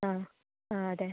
ആ ആ അതെ